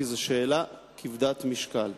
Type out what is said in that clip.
כי זו שאלה כבדת משקל.